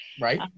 Right